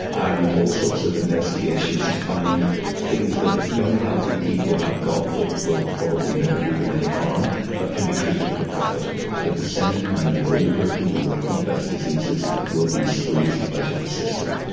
and all sorts of investigations to find things that young healthy people have got that will probably never do them any harm but can be treated at a profit. and at the same time the older people with complex diseases will be squeezed out of the system.